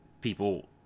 people